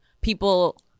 people